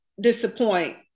disappoint